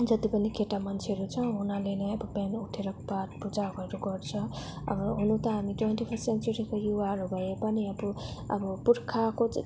जति पनि केटा मान्छेहरू छ उनीहरूले नै बिहान उठेर पाठ पूजाहरू गर्छ अब हुनु त अब हामी ट्वेन्टी फर्स्ट सेन्चुरीको युवाहरू भए पनि अब अब पुर्खाको चाहिँ